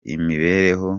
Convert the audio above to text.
imibereho